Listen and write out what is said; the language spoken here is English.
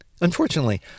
Unfortunately